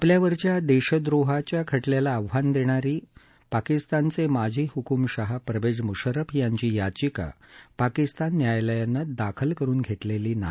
आपल्यावरच्या देशद्रोहाच्या खटल्याला आव्हान देणारी पाकिस्तानचे माजी हुकुमशहा परवेज मुशर्रफ यांची याचिका पाकिस्तान न्यायालयाने दाखल करून घेतली नाही